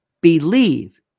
believe